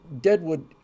Deadwood